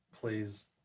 please